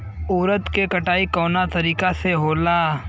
उरद के कटाई कवना तरीका से होला?